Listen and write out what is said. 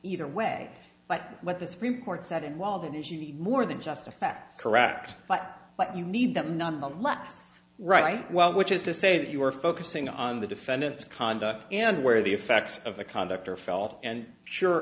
either way but what the supreme court said and while that is you need more than just the facts correct but but you need them nonetheless right well which is to say that you are focusing on the defendant's conduct and where the effects of the conduct are felt and sure